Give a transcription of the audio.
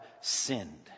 sinned